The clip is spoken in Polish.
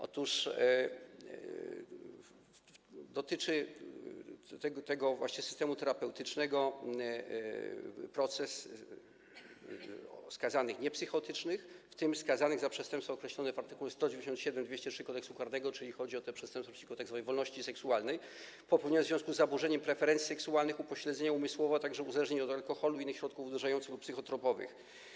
Otóż tego właśnie systemu terapeutycznego dotyczy proces skazanych niepsychotycznych, w tym skazanych za przestępstwo określone w art. 197, 203 Kodeksu karnego, czyli chodzi o przestępstwa przeciwko tzw. wolności seksualnej, popełnione w związku z zaburzeniem preferencji seksualnych, upośledzeniem umysłowym, a także uzależnieniem od alkoholu i innych środków odurzających lub psychotropowych.